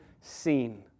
seen